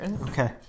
Okay